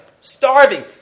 Starving